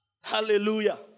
Hallelujah